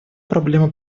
проблема